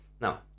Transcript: Now